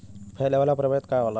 फैले वाला प्रभेद का होला?